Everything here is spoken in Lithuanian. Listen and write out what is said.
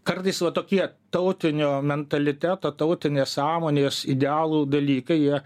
kartais va tokie tautinio mentaliteto tautinės sąmonės idealų dalykai jie